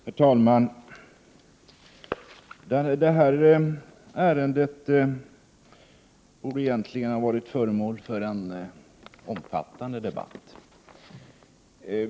Herr talman! Detta ärende borde egentligen ha varit föremål för en omfattande debatt.